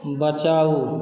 बचाउ